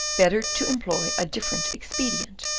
better to employ a different expedient.